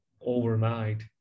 overnight